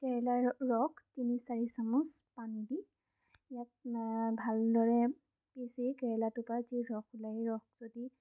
কেৰেলাৰ ৰস তিনি চাৰি চামুচ পানী দি ইয়াক ভালদৰে পিচি কেৰেলাটোৰ পৰা যি ৰস ওলাই সেই ৰসটো দি